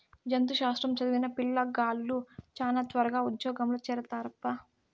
జంతు శాస్త్రం చదివిన పిల్లగాలులు శానా త్వరగా ఉజ్జోగంలో చేరతారప్పా